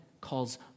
calls